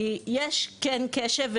כי יש כן קשב,